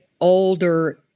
older